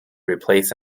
replace